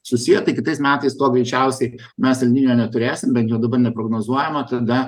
susiję tai kitais metais to greičiausiai mes el ninio neturėsim bent jau daba neprognozuojama tada